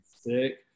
sick